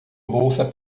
bolsa